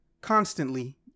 constantly